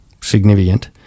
significant